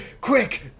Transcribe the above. Quick